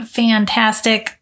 fantastic